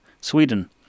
Sweden